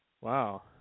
Wow